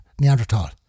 Neanderthal